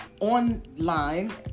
online